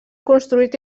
construït